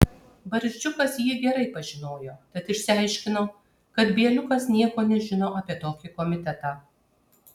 barzdžiukas jį gerai pažinojo tad išsiaiškino kad bieliukas nieko nežino apie tokį komitetą